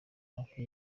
hafi